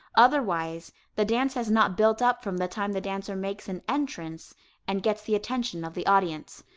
otherwise, the dance has not built up from the time the dancer makes an entrance and gets the attention of the audience.